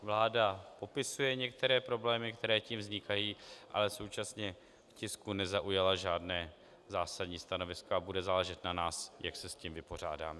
Vláda popisuje některé problémy, které tím vznikají, ale současně k tisku nezaujala žádné zásadní stanovisko a bude záležet na nás, jak se s tím vypořádáme.